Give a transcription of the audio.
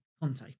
Conte